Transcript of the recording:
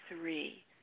three